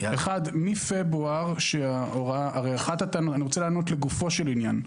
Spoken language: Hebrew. אני רוצה לענות לגופו של עניין.